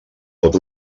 pot